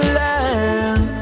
land